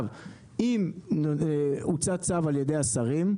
אם הוצא צו על ידי השרים,